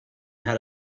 had